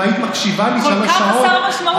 כל כך חסר משמעות,